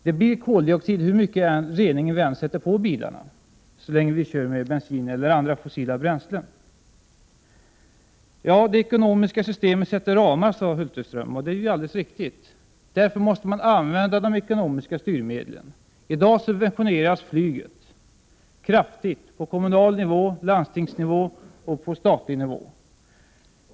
Det blir koldioxid hur mycket rening vi än utrustar bilar med så länge vi kör med bensin eller andra fossila bränslen. Sven Hulterström sade att det ekonomiska systemet sätter ramar, och det är alldeles riktigt. Därför måste man använda de ekonomiska styrmedlen. I dag subventioneras flyget kraftigt, på kommunal nivå, på landstingsnivå och på statlig nivå.